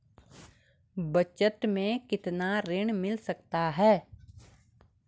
बचत मैं कितना ऋण मिल सकता है?